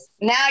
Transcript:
now